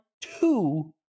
two